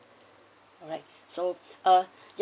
alright so uh yup